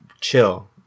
chill